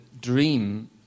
dream